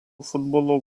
futbolo